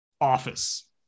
office